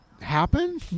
happen